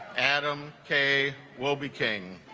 adam k will be king